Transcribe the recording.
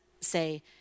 say